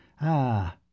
Ah